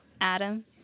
adam